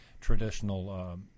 traditional